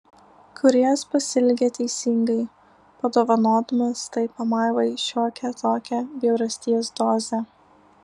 kūrėjas pasielgė teisingai padovanodamas tai pamaivai šiokią tokią bjaurasties dozę